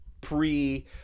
pre-